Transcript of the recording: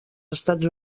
estats